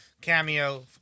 cameo